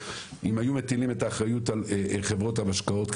אם היו מטילים את האחריות על חברות המשקאות,